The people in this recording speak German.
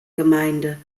gemeinde